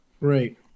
Right